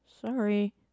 Sorry